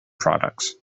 products